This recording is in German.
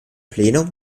plenum